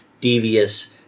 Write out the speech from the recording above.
devious